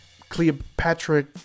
Cleopatra